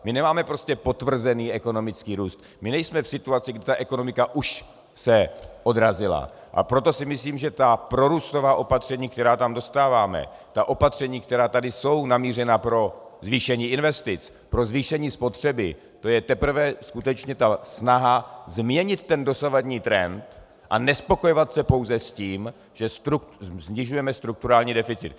My nemáme prostě potvrzený ekonomický růst, my nejsme v situaci, kdy se ekonomiku už odrazila, a proto si myslím, že ta prorůstová opatření, která tam dostáváme, opatření, která tady jsou namířena pro zvýšení investic, pro zvýšení spotřeby, to je teprve skutečně ta snaha změnit dosavadní trend a nespokojovat se pouze s tím, že snižujeme strukturální deficit.